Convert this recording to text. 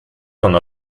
von